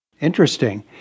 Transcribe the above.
Interesting